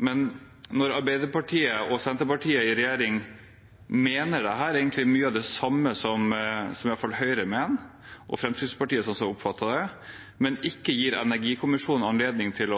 Men når Arbeiderpartiet og Senterpartiet i regjering egentlig mener mye av det samme som iallfall Høyre mener – og også Fremskrittspartiet, slik jeg oppfattet det – men ikke gir energikommisjonen anledning til